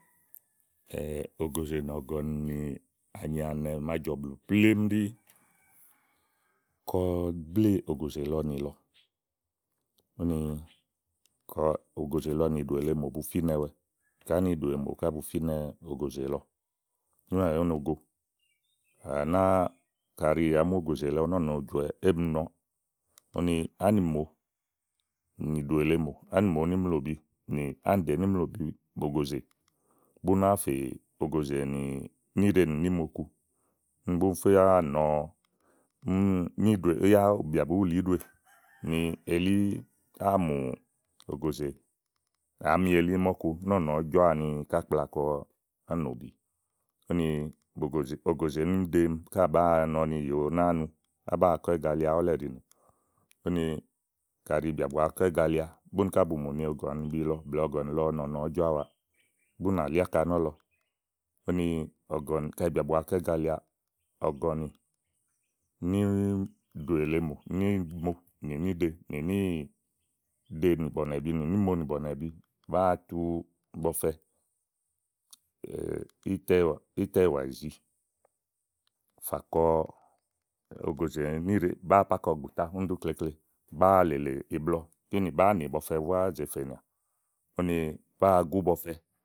ògòzè nì ɔ̀gɔ̀nì ànyì ànɛ̀ màa jɔ̀blù plémú ɖi ni kɔ bléè ògòzè lɔ nìlɔ. úni lkɔ ògòzè lɔ nìɖòè lèe mò bu fínɛwɛ úni kɔ ògòzè lɔ nìɖòè lèe mòká bu fínɛwɛ ímɛ̀mɛ̀ ú no go. kàɖi àá mu ògòzè lɔ nɔ́ɔ̀nɔ jɔ̀wɛ éemi nɔ émi nù nélèe kpoŋù úni ánìmo, ánìmo nímloòbi nì áànìɖe ní mloòbí ògòzè, bú náa fè ògòzè nimo ni niɖe ku. úni búni fá nɔ̀ɔ íɖòe yá bìà bù wèé wulì íɖoè ni elí áa mù ògòzè àámi elí mɔ̀ku nɔ́ɔ̀nɔ ɔ̀ɔ́ jɔàwa ni yòò ni yóó nu á báa kɔ igalia ɔ̀lɛ̀ ɖìi nè. úni kaɖi bìà bù wa kɔ ígalia búni ká bu mu ni ɔ̀gɔ̀nì lɔ blɛ̀ɛ ɔ̀gɔ̀ni bi lɔ nɔ̀nɔ ɔ̀ɔ́ jɔáwa úni bú nà lí áka nɔ̀lɔ. úni ɔ̀gɔ̀nì, kaɖi bìà bù wa kɔ ígalia. ɔ̀gɔ̀nì níìɖòè lèe mò, nímo nì niɖe nì níɖe ní bɔ̀nàbi nì nímo nìbɔ̀nɛ́bi bàáa tu bɔfɛ nì ítɛɛ̀ wà ìzi fà kɔ ògòzè ní ɖe bàáa po áka ùgùtá úni ɖí uklekle nì, bàáa lèlè iblɔ úni bàáa ze nì bɔ fɛ búá fènìà, úni bàáa gú bɔ fɛ.